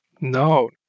No